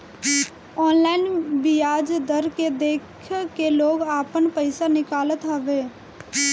online बियाज दर के देख के लोग आपन पईसा निकालत हवे